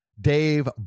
Dave